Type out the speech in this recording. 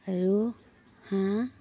আৰু হাঁহ